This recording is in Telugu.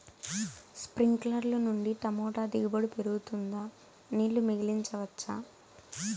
స్ప్రింక్లర్లు నుండి టమోటా దిగుబడి పెరుగుతుందా? నీళ్లు మిగిలించవచ్చా?